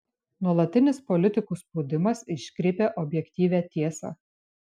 nuolatinis politikų spaudimas iškreipia objektyvią tiesą